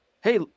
hey